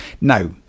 Now